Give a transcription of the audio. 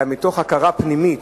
אלא מתוך הכרה פנימית,